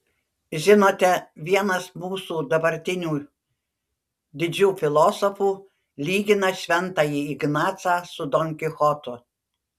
žinote vienas mūsų dabartinių didžių filosofų lygina šventąjį ignacą su don kichotu